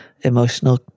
emotional